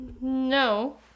No